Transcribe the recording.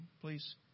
please